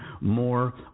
more